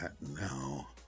now